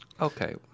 Okay